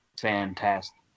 Fantastic